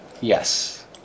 Yes